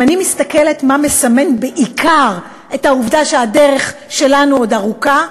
אם אני מסתכלת מה מסמן בעיקר את העובדה שהדרך שלנו עוד ארוכה,